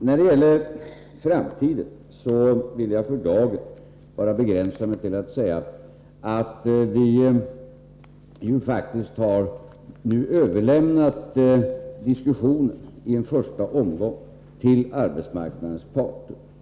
När det gäller framtiden vill jag för dagen begränsa mig till att bara säga att vi faktiskt har överlämnat diskussionen i en första omgång till arbetsmarknadens parter.